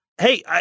Hey